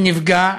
הוא נפגע.